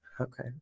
Okay